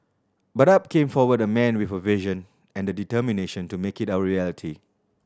but up came forward a man with a vision and the determination to make it our reality